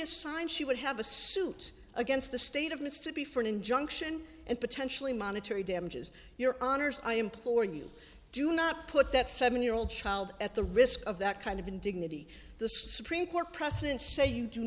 reassigned she would have a suit against the state of mississippi for an injunction and potentially monetary damages your honour's i implore you do not put that seven year old child at the risk of that kind of indignity the supreme court precedents say you do